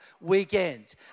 Weekend